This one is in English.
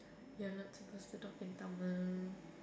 you're not supposed to talk in tamil